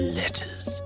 letters